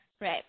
Right